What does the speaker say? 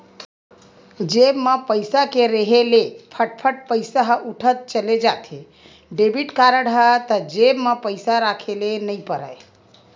जेब म पइसा के रेहे ले फट फट पइसा ह उठत चले जाथे, डेबिट कारड हे त जेब म पइसा राखे ल नइ परय